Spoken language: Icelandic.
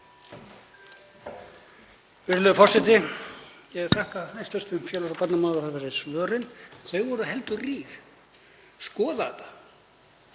Þau voru heldur rýr. Skoða þetta?